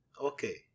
Okay